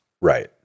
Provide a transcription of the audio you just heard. Right